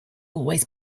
always